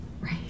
right